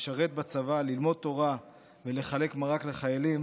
לשרת בצבא, ללמוד תורה ולחלק מרק לחיילים,